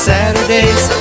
Saturdays